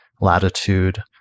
latitude